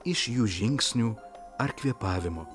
iš jų žingsnių ar kvėpavimo